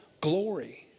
glory